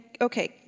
okay